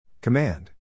Command